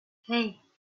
hey